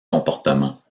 comportements